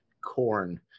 corn